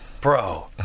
bro